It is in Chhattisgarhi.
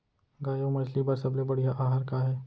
गाय अऊ मछली बर सबले बढ़िया आहार का हे?